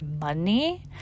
money